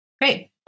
Great